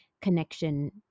connection